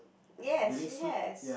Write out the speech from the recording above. yes she has